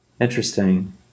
Interesting